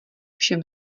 všem